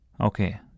Okay